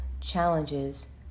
challenges